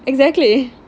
exactly